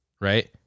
right